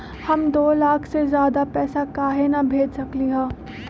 हम दो लाख से ज्यादा पैसा काहे न भेज सकली ह?